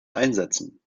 einsetzen